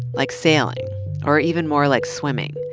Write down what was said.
like sailing or even more like swimming.